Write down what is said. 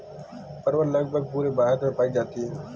परवल लगभग पूरे भारत में पाई जाती है